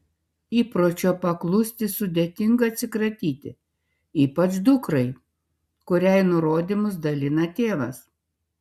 įpročio paklusti sudėtinga atsikratyti ypač dukrai kuriai nurodymus dalina tėvas